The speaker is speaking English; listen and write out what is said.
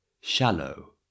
shallow